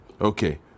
okay